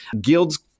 Guild's